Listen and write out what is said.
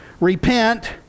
Repent